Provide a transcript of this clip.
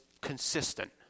consistent